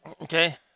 Okay